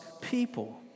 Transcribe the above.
people